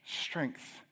Strength